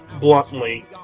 bluntly